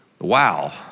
wow